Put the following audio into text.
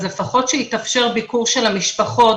אז לפחות שיתאפשר ביקור של המשפחות,